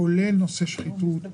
כולל נושא של שחיתות,